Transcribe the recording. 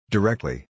Directly